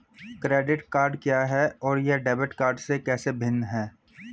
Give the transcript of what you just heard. Credit card क्या है और यह डेबिट कार्ड से कैसे भिन्न है?